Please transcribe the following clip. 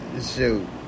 Shoot